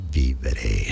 vivere